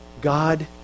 God